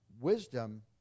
Wisdom